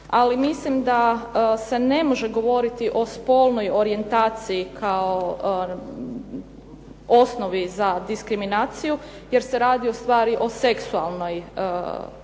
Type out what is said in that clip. ali mislim da se ne može govoriti o spolnoj orijentaciji kao osnovi za diskriminaciju jer se radi ustvari o seksualnoj orijentaciji,